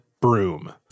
broom